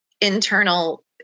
internal